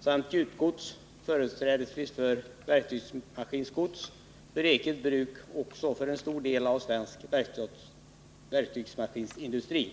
samt gjutgods, företrädesvis verktygsmaskingods för eget bruk och också för en stor del av svensk verktygsmaskinindustri.